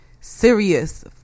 Serious